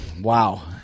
wow